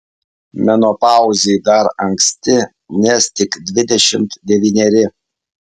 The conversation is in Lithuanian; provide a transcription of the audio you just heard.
menopauzei dar anksti nes tik dvidešimt devyneri